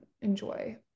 enjoy